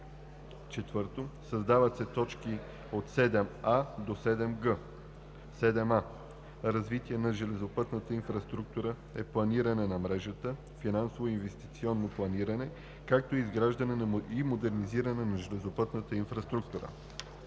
4. Създават се т. 7а – 7г: „7а. „Развитие на железопътната инфраструктура“ е планиране на мрежата, финансово и инвестиционно планиране, както и изграждане и модернизиране на железопътната инфраструктура.